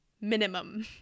minimum